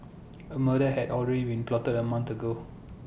A murder had already been plotted A month ago